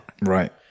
Right